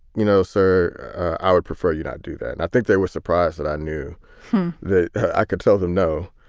you know, sir, i would prefer you not do that. and i think they were surprised that i knew that i could tell them no.